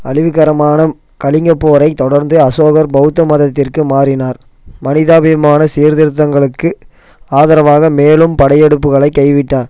அழிவுகரமான கலிங்கப் போரைத் தொடர்ந்து அசோகர் பெளத்த மதத்திற்கு மாறினார் மனிதாபிமான சீர்திருத்தங்களுக்கு ஆதரவாக மேலும் படையெடுப்புகளைக் கைவிட்டார்